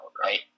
right